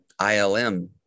ILM